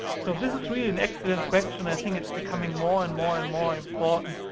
so this is really an excellent question. i think it's becoming more and more and more important.